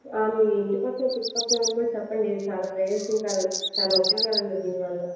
మీ ఇంటి పక్కల చుట్టుపక్కల వాళ్ళకి కూడా చెప్పండి ఇది చాలా ప్రయోజకరం చాలా ఉపయోగాలు ఉన్నాయి దీనివల్ల